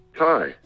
Hi